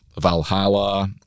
Valhalla